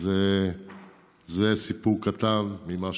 אז זה סיפור קטן ממה